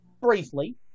briefly